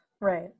Right